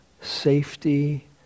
safety